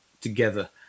together